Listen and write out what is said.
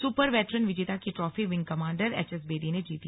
super veteran विजेता की trophy wing commander HS Bedi ने जीती